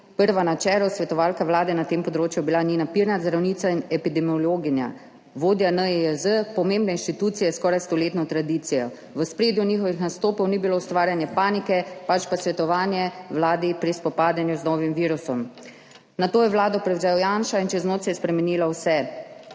prva na čelu, svetovalka Vlade na tem področju je bila Nina Pirnat, zdravnica in epidemiologinja, vodja NIJZ, pomembne inštitucije s skoraj stoletno tradicijo. V ospredju njihovih nastopov ni bilo ustvarjanje panike, pač pa svetovanje Vladi pri spopadanju z novim virusom. Nato je Vlado prevzel Janša in čez noč se je spremenilo vse.